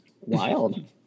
Wild